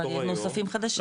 אבל נוספים חדשים.